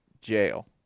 jail